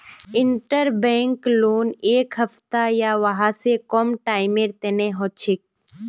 interbank loan एक हफ्ता या वहा स कम टाइमेर तने हछेक